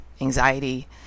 anxiety